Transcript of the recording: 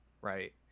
Right